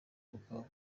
umugabo